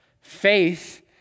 Faith